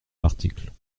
l’article